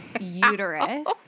uterus